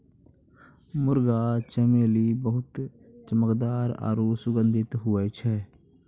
मुंगा चमेली बहुत चमकदार आरु सुगंधित हुवै छै